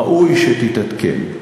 ראוי שתתעדכן,